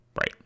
Right